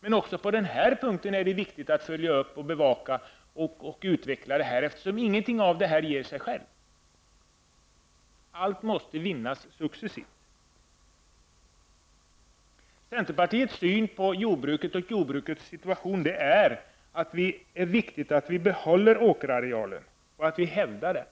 Men även här är det viktigt med en uppföljning och bevakning, eftersom ingenting av detta ger sig självt. Allt måste vinnas successivt. Centerpartiets syn på jordbruket och jordbrukets situation är att det är viktigt att vi behåller åkerarealen och att vi hävdar den.